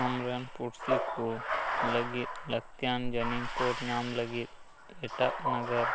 ᱟᱢ ᱨᱮᱱ ᱯᱩᱲᱥᱤ ᱠᱚ ᱞᱟᱹᱜᱤᱫ ᱞᱟᱹᱠᱛᱤᱭᱟᱱ ᱡᱟᱹᱱᱤᱢ ᱠᱳᱰ ᱧᱟᱢ ᱞᱟᱹᱜᱤᱫ ᱮᱴᱟᱜ ᱱᱟᱜᱟᱨ